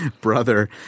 brother